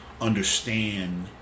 understand